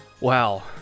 Wow